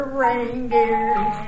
reindeers